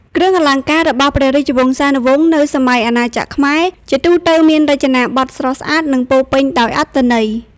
គ្រឿងអលង្ការរបស់ព្រះរាជវង្សានុវង្សនៅសម័យអាណាចក្រខ្មែរ ជាទូទៅ មានរចនាប័ទ្មស្រស់ស្អាត និងពោរពេញដោយអត្ថន័យ។